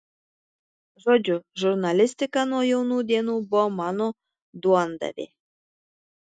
žodžiu žurnalistika nuo jaunų dienų buvo mano duondavė